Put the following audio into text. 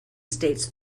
states